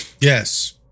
Yes